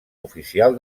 oficial